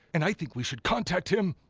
and i think we should contact him.